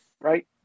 right